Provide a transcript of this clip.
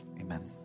Amen